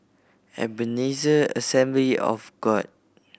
Ebenezer Assembly of God